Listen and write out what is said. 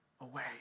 away